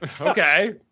okay